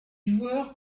joueur